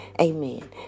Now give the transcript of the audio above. Amen